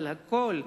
אבל הכול,